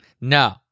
no